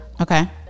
Okay